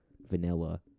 vanilla